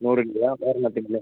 നൂറ് രൂപയാണ് അല്ലേ